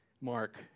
mark